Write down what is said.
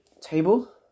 table